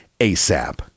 ASAP